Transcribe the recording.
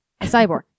cyborg